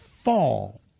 fall